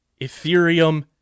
Ethereum